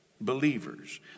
believers